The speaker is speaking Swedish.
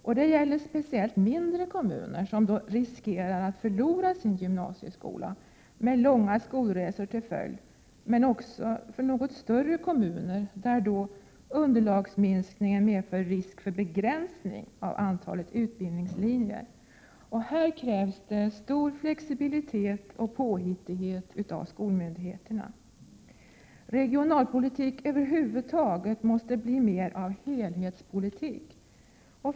Och det gäller speciellt mindre kommuner, som riskerar att förlora sin gymnasieskola med långa skolresor till följd, men också för något större kommuner, där underlagsminskningen medför risk för en begränsning av antalet utbildningslinjer. Här krävs flexibilitet och påhittighet av skolmyndigheterna. Regionalpolitik över huvud taget måste bli mer av helhetspolitik.